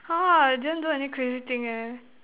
!huh! I didn't do any crazy thing eh